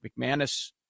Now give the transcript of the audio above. McManus